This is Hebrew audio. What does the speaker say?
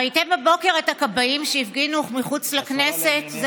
ראיתם בבוקר את הכבאים שהפגינו מחוץ לכנסת?